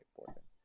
important